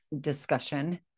discussion